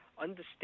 understand